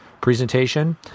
presentation